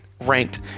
ranked